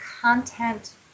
content